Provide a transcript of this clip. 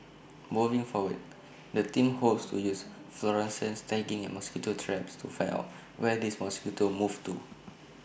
moving forward the team hopes to use fluorescents tagging and mosquito traps to find off where these mosquitoes move to